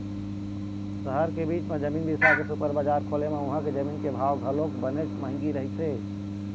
सहर के बीच म जमीन बिसा के सुपर बजार खोले म उहां के जमीन के भाव घलोक बनेच महंगी रहिथे